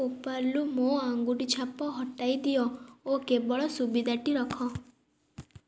ପେପାଲ୍ରୁ ମୋ ଆଙ୍ଗୁଠି ଛାପ ହଟାଇ ଦିଅ ଓ କେବଳ ସୁବିଧାଟି ରଖ